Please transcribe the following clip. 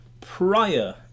prior